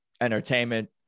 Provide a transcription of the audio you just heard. entertainment